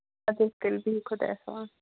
اَدٕ حظ کٔرِو تیٚلہِ خدایَس حَوالہٕ